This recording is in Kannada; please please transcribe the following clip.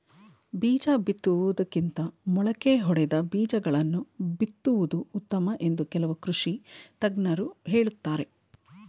ಬೀಜ ಬಿತ್ತುವುದಕ್ಕಿಂತ ಮೊಳಕೆ ಒಡೆದ ಬೀಜಗಳನ್ನು ಬಿತ್ತುವುದು ಉತ್ತಮ ಎಂದು ಕೆಲವು ಕೃಷಿ ತಜ್ಞರು ಹೇಳುತ್ತಾರೆ